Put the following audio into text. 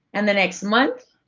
and the next month,